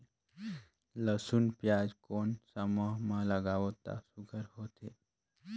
लसुन पियाज कोन सा माह म लागाबो त सुघ्घर होथे?